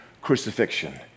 crucifixion